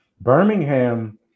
birmingham